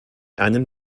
einen